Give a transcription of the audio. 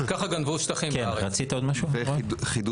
כן, בסדר.